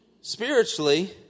spiritually